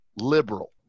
liberal